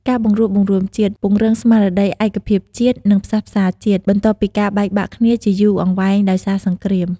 ការបង្រួបបង្រួមជាតិ ពង្រឹងស្មារតីឯកភាពជាតិ និងផ្សះផ្សាជាតិ បន្ទាប់ពីការបែកបាក់គ្នាជាយូរអង្វែងដោយសារសង្គ្រាម។